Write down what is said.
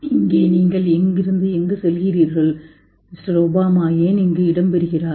இங்கே நீங்கள் இங்கிருந்து எங்கு செல்கிறீர்கள் மிஸ்டர் ஒபாமா ஏன் இங்கு இடம்பெறுகிறார்